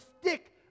stick